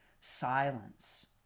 silence